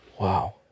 Wow